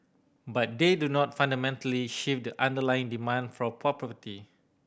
but they do not fundamentally shift the underlying demand for property